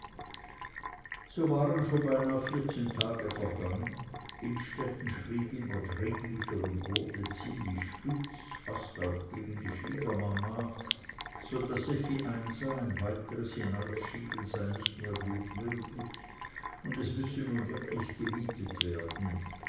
so waren schon beinahe vierzehn tage vergangen innstetten schrieb immer dringlicher und wurde ziemlich spitz fast auch gegen die schwiegermama so daß effi einsah ein weiteres hinausschieben sei nicht mehr gut möglich und es müsse nun wirklich gemietet werden